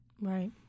Right